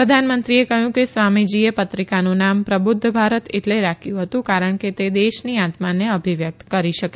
પ્રધાનમંત્રીએ કહ્યું કે સ્વામીજીએ પત્રિકાનું નામ પ્રબુધ્ધ ભારત એટલે રાખ્યું હતું કારણ કે તે દેશની આત્માને અભિવ્યકત કરી શકે